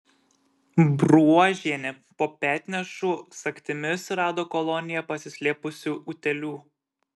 bruožienė po petnešų sagtimis rado koloniją pasislėpusių utėlių